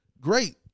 great